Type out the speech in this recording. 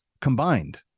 combined